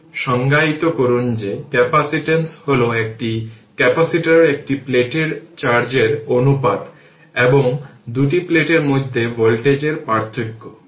এবং সময় কনস্ট্যান্ট হল C R eq তাই R eq 100 Ω এবং C 20 মিলিফরাড তাই 20 10 এর পাওয়ার 3 ফ্যারাড তাই এটি দ্বিতীয়